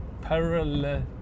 parallel